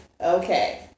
Okay